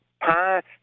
past